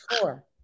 four